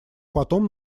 потом